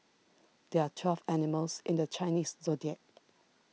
there are twelve animals in the Chinese zodiac